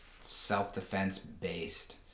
self-defense-based